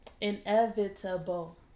Inevitable